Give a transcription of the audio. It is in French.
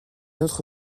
nôtre